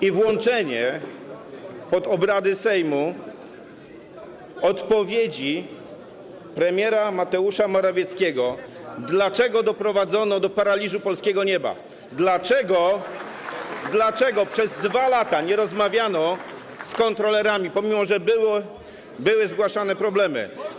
i włączenie pod obrady Sejmu odpowiedzi premiera Mateusza Morawieckiego, dlaczego doprowadzono do paraliżu polskiego nieba, dlaczego przez 2 lata nie rozmawiano z kontrolerami, mimo że były zgłaszane problemy.